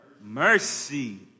mercy